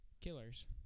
killers